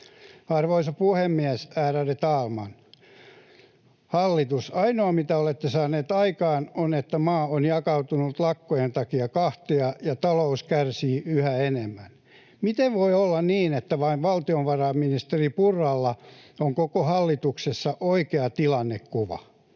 Arvoisa puhemies, ärade talman! Hallitus, ainoa, mitä olette saaneet aikaan, on se, että maa on jakautunut lakkojen takia kahtia ja talous kärsii yhä enemmän. Miten voi olla niin, että vain valtiovarainministeri Purralla on koko hallituksessa oikea tilannekuva?